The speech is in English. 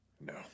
No